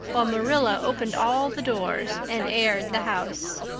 while marilla opened all the doors and aired the house.